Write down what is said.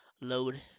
load